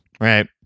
Right